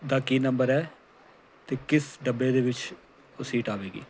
ਦਾ ਕੀ ਨੰਬਰ ਹੈ ਅਤੇ ਕਿਸ ਡੱਬੇ ਦੇ ਵਿੱਚ ਉਹ ਸੀਟ ਆਵੇਗੀ